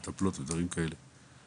מטפלות ודברים כאלה.